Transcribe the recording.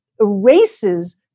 erases